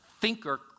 thinker